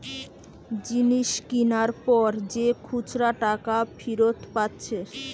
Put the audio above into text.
জিনিস কিনার পর যে খুচরা টাকা ফিরত পাচ্ছে